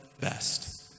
best